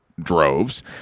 droves